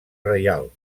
reial